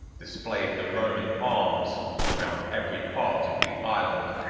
displayed the roman arms round every part of the island.